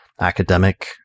academic